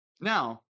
Now